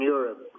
Europe